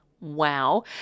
Wow